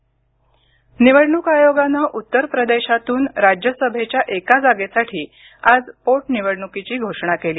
निवडणक निवडणूक आयोगानं उत्तर प्रदेशातून राज्यसभेच्या एका जागेसाठी आज पोट निवडणुकीची घोषणा केली